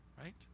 Right